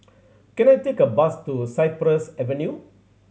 can I take a bus to Cypress Avenue